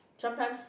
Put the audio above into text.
sometimes